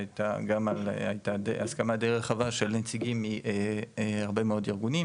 הייתה גם הסכמה די רחבה של נציגים מהרבה מאד ארגונים